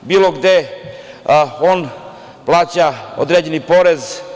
bilo gde, on plaća određeni porez.